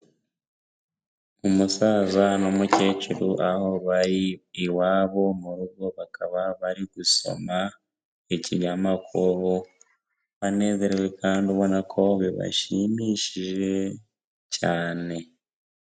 Umusaza n'umukecuru aho bari iwabo mu rugo, bakaba bari gusoma ikinyamakuru, banezerewe kandi ubona ko bibashimishije cyane.